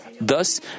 Thus